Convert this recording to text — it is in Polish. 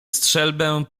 strzelbę